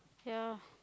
ya